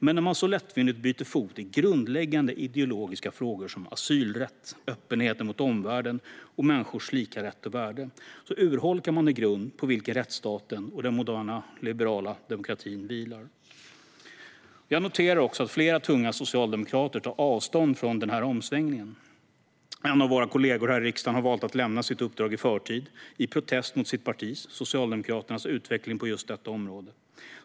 Men när man så lättvindigt byter fot i grundläggande ideologiska frågor som asylrätt, öppenheten mot omvärlden och människors lika rätt och värde urholkar man den grund på vilken rättsstaten och den moderna liberala demokratin vilar. Jag noterar också att flera tunga socialdemokrater tar avstånd från denna omsvängning. En av våra kollegor här i riksdagen har valt att lämna sitt uppdrag i förtid i protest mot sitt partis, Socialdemokraternas, utveckling på just detta område.